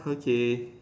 okay